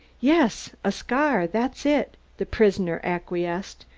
yes, a scar that's it the prisoner acquiesced,